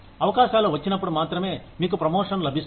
అవకాశాలు వచ్చినప్పుడు మాత్రమే మీకు ప్రమోషన్ లభిస్తుంది